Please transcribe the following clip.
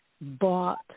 bought